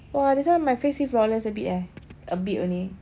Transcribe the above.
!wah! this [one] my face see flawless a bit eh a bit only